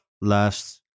last